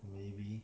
maybe